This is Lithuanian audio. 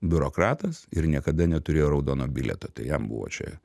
biurokratas ir niekada neturėjo raudono bilieto tai jam buvo čia